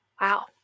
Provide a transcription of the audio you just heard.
Wow